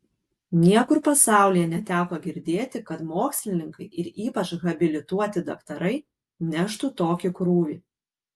niekur pasaulyje neteko girdėti kad mokslininkai ir ypač habilituoti daktarai neštų tokį krūvį